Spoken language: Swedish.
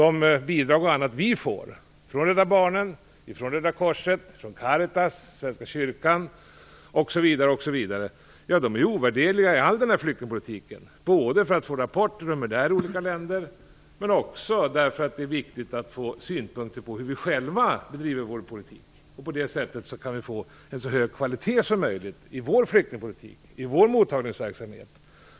De bidrag som vi får från Rädda barnen, Röda korset, Caritas, Svenska kyrkan osv. är ovärderliga i flyktingpolitiken både när det gäller att få rapporter från olika länder och när det gäller att få synpunkter på hur vi själva bedriver vår politik. På det sättet kan vi få en så hög kvalitet som möjligt i vår flyktingpolitik och mottagningsverksamhet.